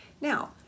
Now